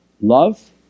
Love